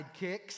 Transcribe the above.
sidekicks